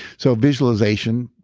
so visualization,